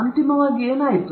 ಅಂತಿಮವಾಗಿ ಏನಾಯಿತು